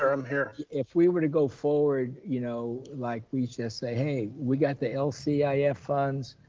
ah i'm here. if we were to go forward, you know, like we just say, hey, we got the lcif ah yeah funds,